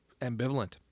ambivalent